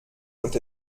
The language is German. und